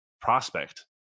prospect